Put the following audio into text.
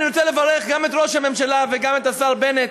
אני רוצה לברך גם את ראש הממשלה וגם את השר בנט,